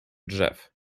drzew